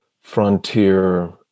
frontier